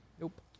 Nope